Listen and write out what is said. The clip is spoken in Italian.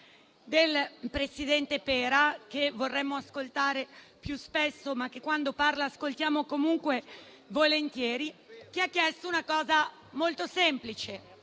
del presidente Pera (che vorremmo ascoltare più spesso, ma che quando parla ascoltiamo comunque volentieri), il quale ha fatto una richiesta molto semplice: